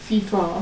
FIFA